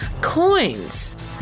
coins